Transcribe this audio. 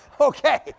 Okay